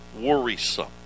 worrisome